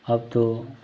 अब तो